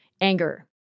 anger